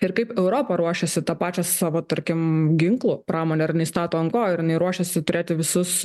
ir kaip europa ruošiasi tą pačią savo tarkim ginklų pramonę ar jinai stato ant ko ar jinai ruošiasi turėti visus